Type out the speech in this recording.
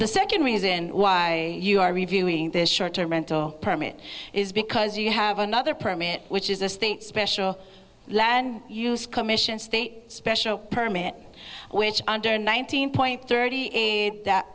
the second reason why you are reviewing this short term mental permit is because you have another permit which is a state special land use commission state special permit which under nineteen point thirty eight that